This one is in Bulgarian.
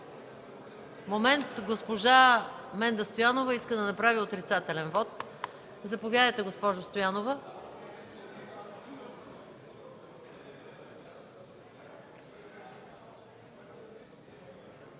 приет. Госпожа Менда Стоянова иска да направи отрицателен вот. Заповядайте, госпожо Стоянова.